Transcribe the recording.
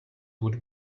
would